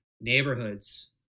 neighborhoods